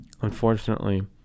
Unfortunately